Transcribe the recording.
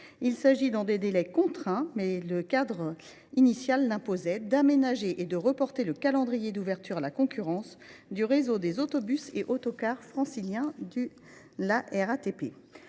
Il s’agit, dans des délais contraints – mais le cadre initial l’imposait –, d’aménager et de reporter le calendrier d’ouverture à la concurrence du réseau des autobus et autocars franciliens de la RATP.